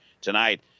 tonight